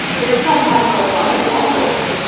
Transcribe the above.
there are some high profile examples.